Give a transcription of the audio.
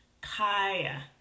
Kaya